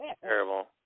Terrible